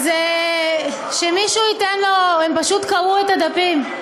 אז שמישהו ייתן לו, הם פשוט קרעו את הדפים.